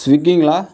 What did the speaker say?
ஸ்விக்கிங்களா